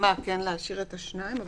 כן להשאיר שניים?